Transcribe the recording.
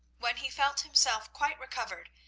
when he felt himself quite recovered,